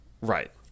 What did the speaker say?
Right